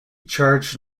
charged